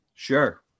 sure